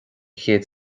chéad